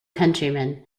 countrymen